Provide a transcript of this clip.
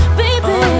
baby